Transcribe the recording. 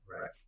Right